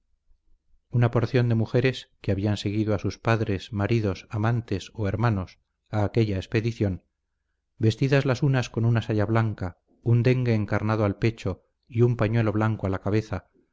una porción de mujeres que habían seguido a sus padres maridos amantes o hermanos a aquella expedición vestidas las unas con una saya blanca un dengue encarnado al pecho y un pañuelo blanco a la cabeza